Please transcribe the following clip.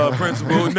principal